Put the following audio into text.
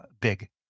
big